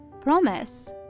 Promise